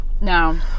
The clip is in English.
no